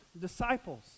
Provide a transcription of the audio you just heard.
disciples